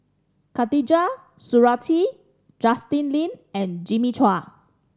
Khatijah Surattee Justin Lean and Jimmy Chua